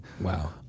Wow